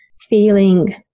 feeling